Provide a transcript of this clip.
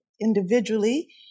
individually